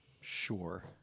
Sure